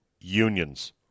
unions